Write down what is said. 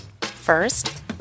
First